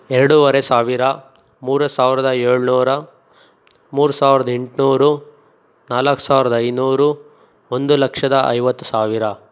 ಎರಡುವರೆ ಸಾವಿರ ಮೂರು ಸಾವಿರ್ದ ಏಳುನೂರ ಮೂರು ಸಾವಿರ್ದ ಎಂಟುನೂರು ನಾಲ್ಕು ಸಾವಿರ್ದ ಐನೂರು ಒಂದು ಲಕ್ಷದ ಐವತ್ತು ಸಾವಿರ